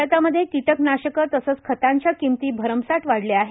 भारतामध्ये कीटकनाशकं तसंच खतांच्या किंमती भरमसाठ वाढल्या आहेत